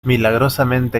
milagrosamente